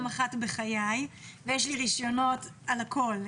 אחת בחיי ויש לו רישיונות על הכול,